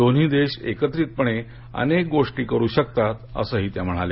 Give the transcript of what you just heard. दोन्ही देश एकत्रित पणे अनेक गोष्टी करू शकतात असे ही त्या म्हणाल्या